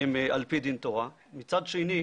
הם על פי דין תורה, מצד שני,